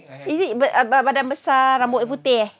is it badan besar rambut putih eh